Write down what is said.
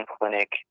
clinic